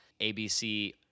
ABC